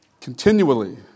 continually